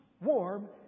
Warm